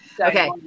Okay